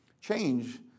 Change